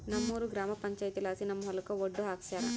ನಮ್ಮೂರ ಗ್ರಾಮ ಪಂಚಾಯಿತಿಲಾಸಿ ನಮ್ಮ ಹೊಲಕ ಒಡ್ಡು ಹಾಕ್ಸ್ಯಾರ